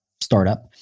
startup